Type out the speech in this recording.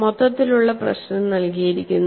മൊത്തത്തിലുള്ള പ്രശ്നം നൽകിയിരിക്കുന്നു